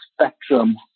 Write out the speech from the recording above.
spectrum